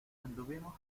anduvimos